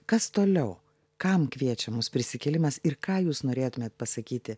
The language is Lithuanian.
kas toliau kam kviečia mus prisikėlimas ir ką jūs norėtumėt pasakyti